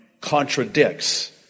contradicts